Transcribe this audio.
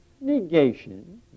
Negation